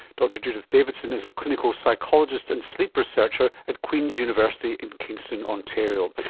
dr judith davidson is a clinical psychologist and sleep researcher at queen's university in kingston, ontario.